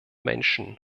menschen